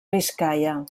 biscaia